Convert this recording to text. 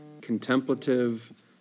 contemplative